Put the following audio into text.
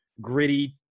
gritty